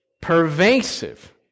pervasive